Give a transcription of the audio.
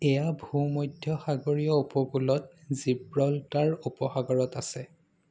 এয়া ভূমধ্যসাগৰীয় উপকূলত জিব্ৰল্টাৰ উপসাগৰত আছে